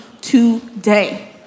today